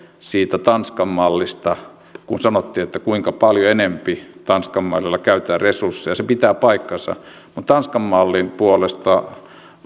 siitä tanskan mallista kun sanottiin kuinka paljon enempi tanskan mallilla käytetään resursseja se pitää paikkansa mutta tanskan mallin puolesta